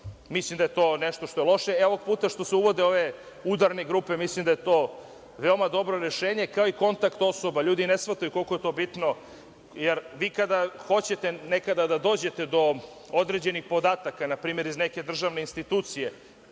Mislim da je to nešto što je loše. Ovog puta što se uvode ove udarne grupe, mislim da je to veoma dobro rešenje, kao i kontakt osoba. LJudi ne shvataju koliko je to bitno, jer vi kada hoćete nekada da dođete do određenih podataka. Na primer, iz neke državne institucije,